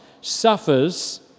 suffers